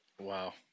Wow